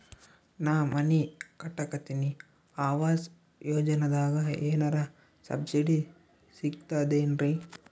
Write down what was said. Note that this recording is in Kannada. ನಾ ಮನಿ ಕಟಕತಿನಿ ಆವಾಸ್ ಯೋಜನದಾಗ ಏನರ ಸಬ್ಸಿಡಿ ಸಿಗ್ತದೇನ್ರಿ?